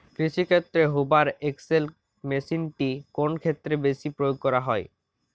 কৃষিক্ষেত্রে Hoover XL মেশিনটি কোন ক্ষেত্রে বেশি প্রয়োগ করা হয়?